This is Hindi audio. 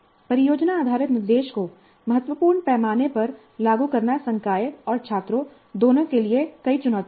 परियोजना आधारित निर्देश को महत्वपूर्ण पैमाने पर लागू करना संकाय और छात्रों दोनों के लिए कई चुनौतियां हैं